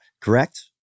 correct